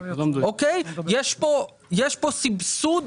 יש פה סיבסוד.